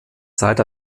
zeit